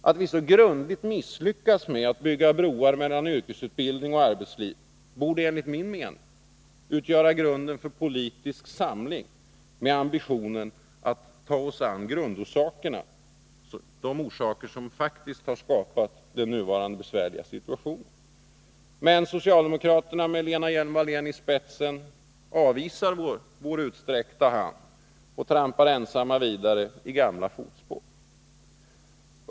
Att vi så grundligt har misslyckats med att bygga broar mellan yrkesutbildning och arbetsliv borde enligt min mening leda till politisk samling med ambitionen att ta oss an grundorsakerna till det som faktiskt har skapat den nuvarande situationen i Sverige. Men socialdemokraterna med Lena Hjelm-Wallén i spetsen avvisar vår utsträckta hand och trampar ensamma vidare i gamla fotspår.